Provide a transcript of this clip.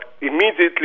immediately